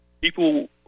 people